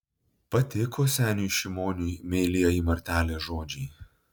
patiko seniui šimoniui meilieji martelės žodžiai